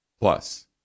Plus